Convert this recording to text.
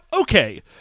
Okay